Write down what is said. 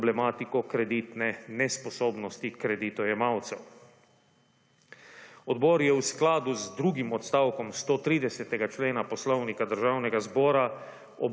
problematiko kreditne nesposobnosti kreditojemalcev. Odbor je v skladu z drugim odstavkom 130. člena Poslovnika Državnega zbora